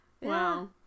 wow